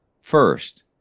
first